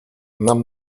нам